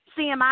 CMI